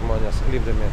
žmonės lipdami